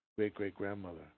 great-great-grandmother